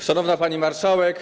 Szanowna Pani Marszałek!